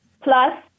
plus